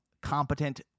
competent